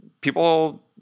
people